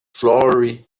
flowery